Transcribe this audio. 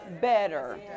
better